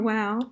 Wow